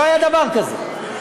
לא היה דבר כזה.